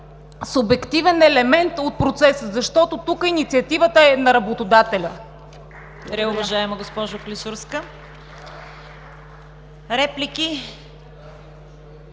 субективен елемент от процеса, защото тук инициативата е на работодателя.